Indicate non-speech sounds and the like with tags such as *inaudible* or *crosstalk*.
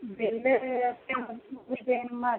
*unintelligible* ಮಾಡಿ